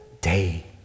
day